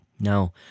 Now